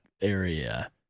area